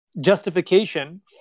justification